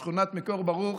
בשכונת מקור ברוך,